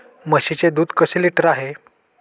म्हशीचे दूध कसे लिटर आहे?